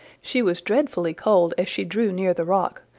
she was dreadfully cold as she drew near the rock,